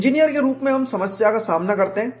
engineer के रूप में हम समस्या का सामना करते हैं